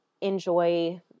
enjoy